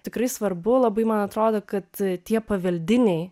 tikrai svarbu labai man atrodo kad tie paveldiniai